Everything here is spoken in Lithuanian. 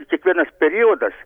kiekvienas periodas